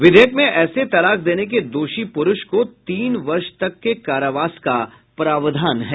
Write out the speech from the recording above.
विधेयक में ऐसे तलाक देने के दोषी पुरूष को तीन वर्ष तक के कारावास का प्रावधान है